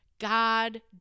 God